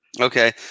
Okay